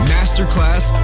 Masterclass